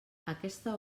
aquesta